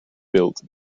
built